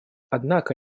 однако